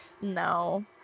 No